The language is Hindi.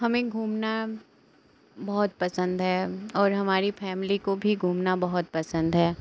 हमें घूमना बहुत पसंद है और हमारी फैमिली को भी घूमना बहुत पसंद है